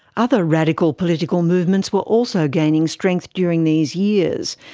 other radical political movements were also gaining strength during these years.